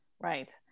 Right